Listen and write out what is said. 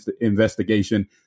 investigation